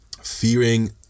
fearing